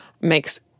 makes